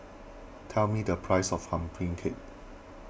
tell me the price of Pumpkin Cake